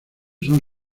son